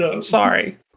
Sorry